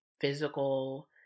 physical